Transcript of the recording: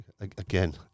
again